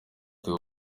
theo